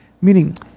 meaning